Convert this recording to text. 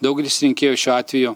daugelis rinkėjų šiuo atveju